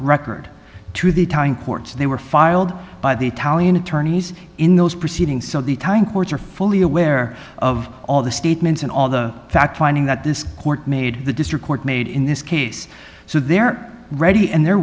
record to the timing courts they were filed by the italian attorneys in those proceedings so the time courts are fully aware of all the statements and all the fact finding that this court made the district court made in this case so they're ready and they're